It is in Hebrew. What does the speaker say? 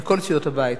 מכל סיעות הבית,